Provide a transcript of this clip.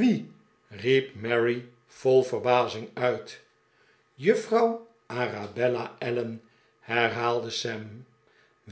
wie riep mary vol verbazing uit de pickwick club juffrouw arabella allen herhaalde sam